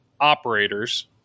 operators